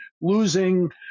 losing